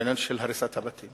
בעניין של הריסת הבתים,